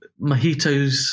mojitos